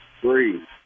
Three